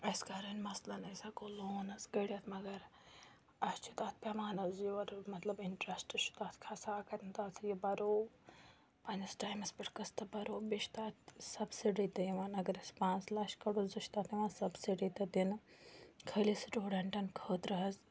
اَسہِ کَرٕنۍ مثلاً أسۍ ہٮ۪کو لون حظ کٔڑِتھ مگر اَسہِ چھِ تَتھ پٮ۪وان حظ یورٕ مطلب اِنٛٹرٛسٹ چھُ تَتھ کھَسان اگر نہٕ تَتھ یہِ بَرو پنٛنِس ٹایمَس پٮ۪ٹھ قٕسطہٕ بَرو بیٚیہِ چھِ تَتھ سَبسِڈی تہِ یِوان اگر أسۍ پانٛژھ لَچھ کَڑو زٕ چھِ تَتھ یِوان سَبسِڈی تہِ دِنہٕ خٲلی سٕٹوٗڈَنٛٹَن خٲطرٕ حظ